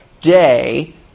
day